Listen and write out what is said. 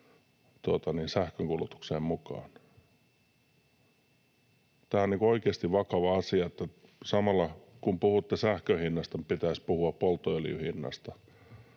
sähkönkulutukseen mukaan. Tämä on oikeasti vakava asia. Samalla, kun puhutte sähkön hinnasta, pitäisi puhua polttoöljyn hinnasta